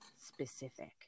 specific